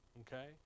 Okay